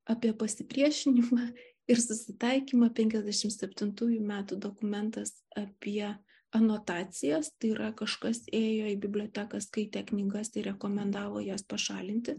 apie pasipriešinimą ir susitaikymą penkiasdešimt septintųjų metų dokumentas apie anotacijas tai yra kažkas ėjo į biblioteką skaitė knygas ir rekomendavo jas pašalinti